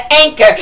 anchor